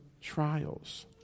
trials